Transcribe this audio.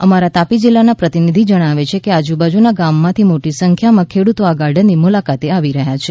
અમારા તાપી જિલ્લાના પ્રતિનિધિ જણાવે છે કે આજુબાજુના ગામમાંથી મોટી સંખ્યામાં ખેડૂતો આ ગાર્ડનની મુલાકાતે આવી રહ્યા છે